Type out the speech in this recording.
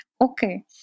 Okay